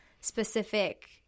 specific